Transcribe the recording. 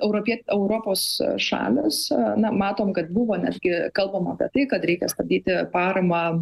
europie europos šalys na matom kad buvo netgi kalbama apie tai kad reikia stabdyti paramą